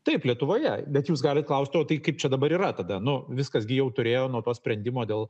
taip lietuvoje bet jūs galit klaust o tai kaip čia dabar yra tada nu viskas gi jau turėjo nuo to sprendimo dėl